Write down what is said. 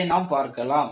அதை நாம் பார்க்கலாம்